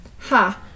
Ha